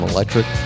Electric